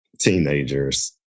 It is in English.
teenagers